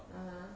ah !huh!